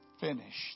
finished